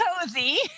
cozy